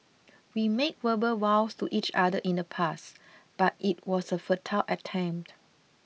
we made verbal vows to each other in the past but it was a futile attempt